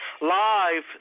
live